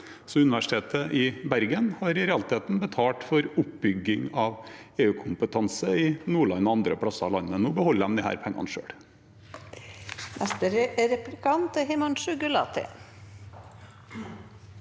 Universitetet i Bergen har i realiteten betalt for oppbygging av EU-kompetanse i Nordland og andre plasser i landet. Nå beholder de disse pengene selv.